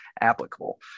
applicable